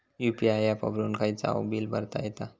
UPI app वापरून खायचाव bill भरता येता